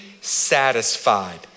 satisfied